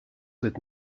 with